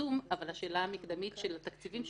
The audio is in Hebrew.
היישום אבל השאלה המקדמית של התקציבים,